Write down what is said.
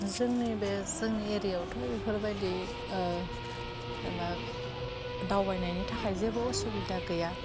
जोंनि बे जोंनि एरियावथ' बेफोरबायदि मा दावबायनायनि थाखाय जेबो असुबिदा गैया